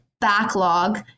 backlog